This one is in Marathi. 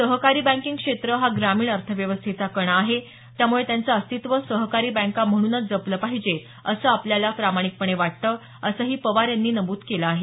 सहकारी बँकिंग क्षेत्रं हा ग्रामीण अर्थव्यवस्थेचा कणा आहे त्यामुळे त्यांचं अस्तित्व सहकारी बँका म्हणूनच जपलं पाहिजे असं आपल्याला प्रामाणिकपणे वाटतं असंही पवार यांनी नमूद केलं आहे